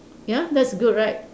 ya that's good right